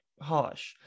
harsh